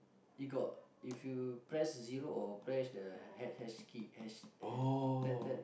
you got if you press zero or press the hash hash key hash ha~